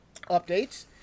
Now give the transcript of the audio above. updates